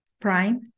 Prime